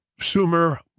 Sumer